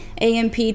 amp